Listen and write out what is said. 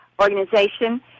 organization